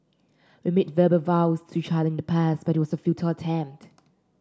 we made verbal vows to each other in the past but it was a futile attempt